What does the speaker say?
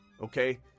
okay